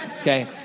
Okay